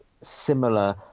similar